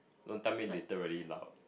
don't tell me literally loud